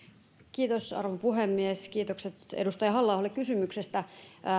arvon puhemies kiitokset edustaja halla aholle kysymyksestä